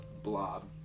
Blob